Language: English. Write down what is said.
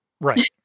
Right